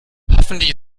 hoffentlich